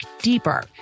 deeper